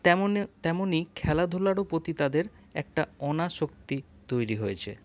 তেমন তেমনই খেলাধুলারও প্রতি তাদের একটা অনাসক্তি তৈরি হয়েছে